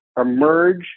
emerge